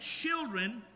children